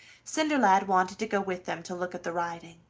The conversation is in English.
cinderlad wanted to go with them to look at the riding,